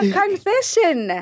confession